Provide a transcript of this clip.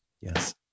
yes